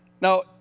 Now